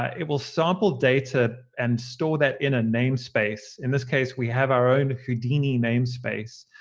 ah it will sample data and store that in a namespace. in this case, we have our own houdini namespace.